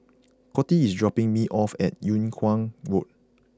Coty is dropping me off at Yung Kuang Road